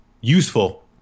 useful